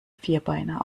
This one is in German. vierbeiner